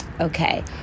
Okay